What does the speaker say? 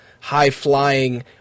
high-flying